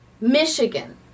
Michigan